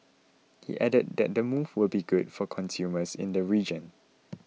he added that the move will be good for consumers in the region